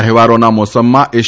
તહેવારોના મોસમમાં એસ